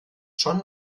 schon